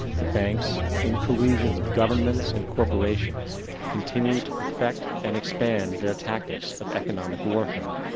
the banks in collusion with governments and corporations continued to perfect and expand their tactics of economic warfare,